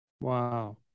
Wow